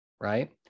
right